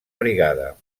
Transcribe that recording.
brigada